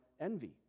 envy